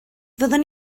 fyddwn